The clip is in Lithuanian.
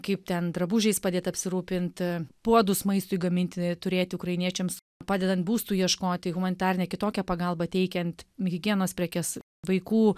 kaip ten drabužiais padėt apsirūpint puodus maistui gaminti turėti ukrainiečiams padedant būstų ieškoti humanitarinę kitokią pagalbą teikiant higienos prekes vaikų